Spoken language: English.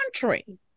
country